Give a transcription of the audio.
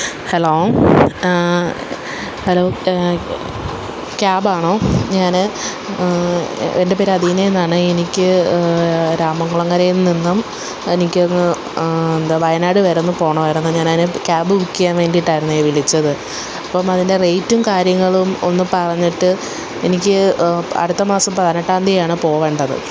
hello hello ക്യാബാണോ ഞാന് എന്റെ പേര് അദീന എന്നാണ് എനിക്ക് രാമംകുളങ്ങരയിൽ നിന്നും എനിക്കൊന്ന് എന്താണ് വയനാട് വരെ ഒന്ന് പോവണമായിരുന്നു ഞാനതിന് ക്യാബ് ബുക്കെയ്യാൻ വേണ്ടിയിട്ടായിരുന്നേ വിളിച്ചത് അപ്പോള് അതിൻ്റെ റെയ്റ്റും കാര്യങ്ങളും ഒന്ന് പറഞ്ഞിട്ട് എനിക്ക് അടുത്ത മാസം പതിനെട്ടാം തീയ്യതിയാണ് പോവേണ്ടത്